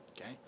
Okay